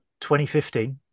2015